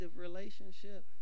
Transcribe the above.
relationship